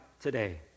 today